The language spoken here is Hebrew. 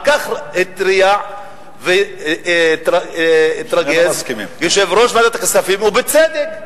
על כך התריע והתרגז יושב-ראש ועדת הכספים ובצדק,